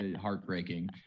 heartbreaking